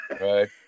Right